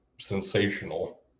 sensational